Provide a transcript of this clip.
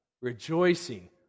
rejoicing